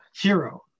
Hero